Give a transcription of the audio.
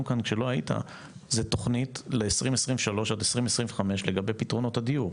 כאן שלא היית זה תוכנית ל-2023 עד 2025 לגבי פתרונות הדיור,